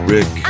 Rick